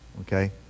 Okay